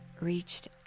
reached